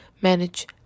manage